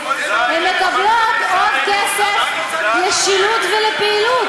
הן מקבלות עוד כסף לשילוט ולפעילות.